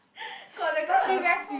got that kind of feel